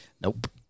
Nope